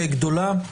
מחלוקת גדולה.